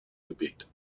gebet